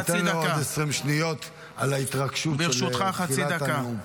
אני אתן לו עוד 20 שניות על ההתרגשות בתחילת הנאום.